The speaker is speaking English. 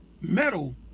metal